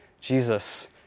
Jesus